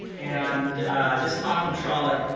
and this talking trolloc